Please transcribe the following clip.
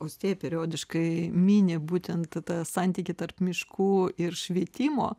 austėja periodiškai mini būtent tą santykį tarp miškų ir švietimo